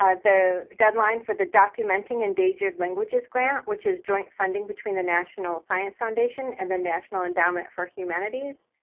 ah the deadline for the documenting documenting endangered languages grant, which is joint funding between the national science foundation and the national endowment for humanities.